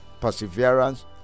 perseverance